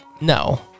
no